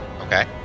Okay